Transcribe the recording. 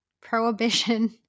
prohibition